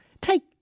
take